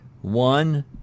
One